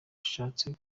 ushatse